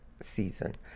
season